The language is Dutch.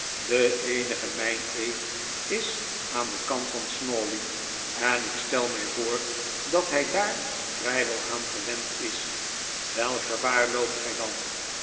de eenige meineed is aan den kant van snawley en ik stel mij voor dat hij daar vrijwel aan gewend is welk gevaar loopt gij dan